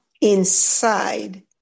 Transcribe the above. inside